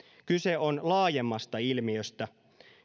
kyse on laajemmasta ilmiöstä